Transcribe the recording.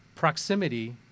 Proximity